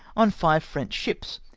on five french ships,